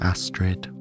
Astrid